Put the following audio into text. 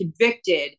convicted